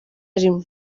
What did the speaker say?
rimwe